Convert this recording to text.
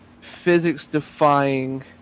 physics-defying